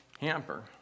hamper